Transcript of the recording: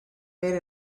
made